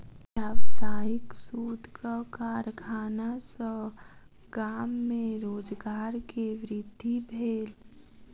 व्यावसायिक सूतक कारखाना सॅ गाम में रोजगार के वृद्धि भेल